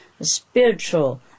spiritual